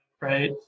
Right